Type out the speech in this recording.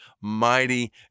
Mighty